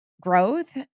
growth